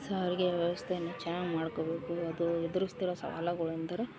ಸಾರಿಗೆ ವ್ಯವಸ್ಥೆಯನ್ನ ಚೆನ್ನಾಗ್ ಮಾಡಿಕೋಬೇಕು ಅದು ಎದುರಿಸ್ತಿರುವ ಸವಾಲುಗಳೆಂದರೆ